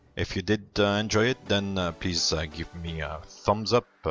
if you did enjoy it then please ah give me thumbs up,